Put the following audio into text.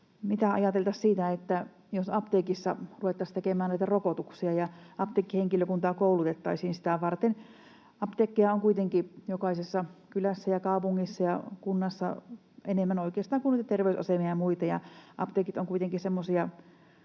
mitä ajateltaisiin siitä, että jos apteekissa ruvettaisiin tekemään näitä rokotuksia ja apteekkihenkilökuntaa koulutettaisiin sitä varten. Apteekkeja on kuitenkin jokaisessa kylässä ja kaupungissa ja kunnassa enemmän oikeastaan kuin terveysasemia ja muita, ja apteekit ovat kuitenkin semmoisia,